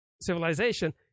civilization